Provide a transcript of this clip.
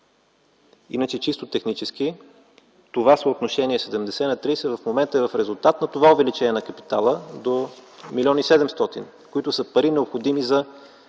Иначе чисто технически това съотношение 70:30 в момента е в резултат на това увеличение на капитала до 1 млн. 700 хил., които са пари необходими за